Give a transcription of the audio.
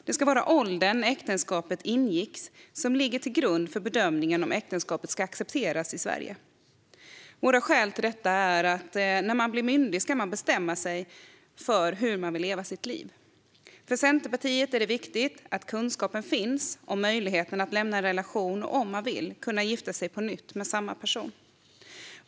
Det ska vara åldern när äktenskapet ingicks som ligger till grund för bedömningen av om äktenskapet ska accepteras i Sverige. Våra skäl till detta är att man när man blir myndig ska bestämma sig för hur man vill leva sitt liv. För Centerpartiet är det viktigt att det finns kunskap om möjligheten att lämna en relation och, om man vill, gifta sig på nytt med samma person.